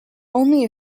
only